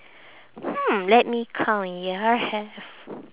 hmm let me count ya have